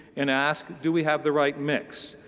and ask, do we have the right mix?